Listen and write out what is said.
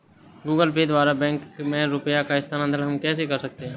Google Pay द्वारा bank में रुपयों का स्थानांतरण हम कैसे कर सकते हैं?